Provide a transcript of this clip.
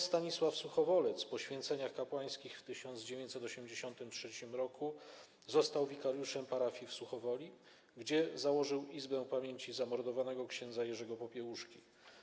Ks. Stanisław Suchowolec po święceniach kapłańskich w 1983 r. został wikariuszem parafii w Suchowoli, gdzie założył izbę pamięci zamordowanego ks. Jerzego Popiełuszki.